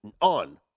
on